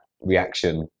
reaction